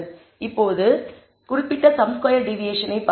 இப்போது குறிப்பிட்ட sum square டிவியேஷனை பார்ப்போம்